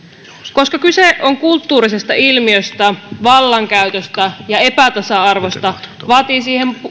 koska kyse on kulttuurisesta ilmiöstä vallankäytöstä ja epätasa arvosta vaatii siihen